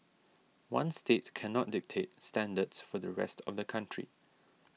one state cannot dictate standards for the rest of the country